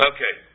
Okay